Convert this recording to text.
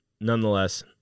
nonetheless